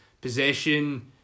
possession